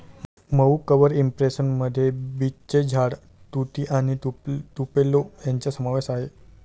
मऊ cover impression मध्ये बीचचे झाड, तुती आणि तुपेलो यांचा समावेश आहे